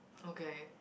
okay